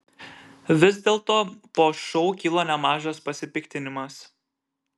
vis dėlto po šou kilo nemažas pasipiktinimas